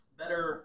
better